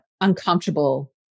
uncomfortable